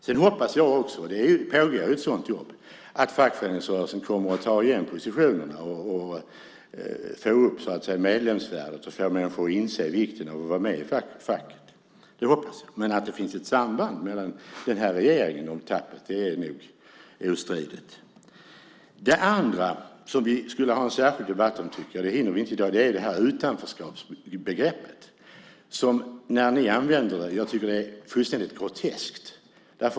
Jag hoppas också, och det pågår ett sådant jobb, att fackföreningsrörelsen kommer att ta igen positionerna och får upp medlemsvärvet och får människor att inse vikten av att vara med i facket. Men att det finns ett samband mellan den här regeringen och tappet är nog ostridigt. Det andra som jag tycker att vi skulle ha en särskild debatt om är begreppet utanförskap. Såsom ni använder det är fullständigt groteskt.